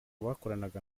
bakoranaga